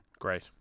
great